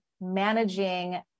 managing